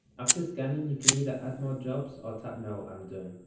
after scanning you can either add more jobs or tap no, i'm done.